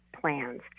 plans